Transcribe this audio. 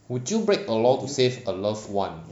would you break a law to save a loved one